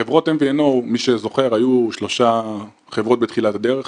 חברות MVNO מי שזוכר היו שלוש חברות בתחילת הדרך,